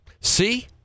See